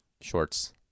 shorts